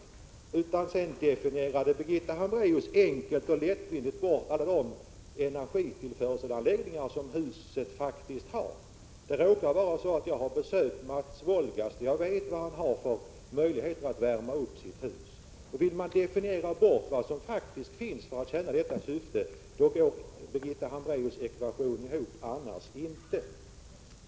Birgitta Hambraeus definierade enkelt och lättvindigt bort de energitillförselanläggningar som huset faktiskt har. Jag råkar ha besökt Mats Wolgast. Jag vet vilka möjligheter han har att värma upp sitt hus. Vill man definiera bort vad som faktiskt finns för att tjäna detta syfte går Birgitta Hambraeus ekvation ihop, annars inte.